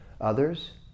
others